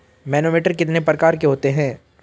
Manometer कितने प्रकार के होते हैं?